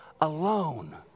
alone